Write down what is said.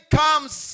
comes